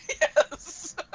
yes